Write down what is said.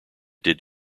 did